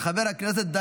חבריי חברי הכנסת,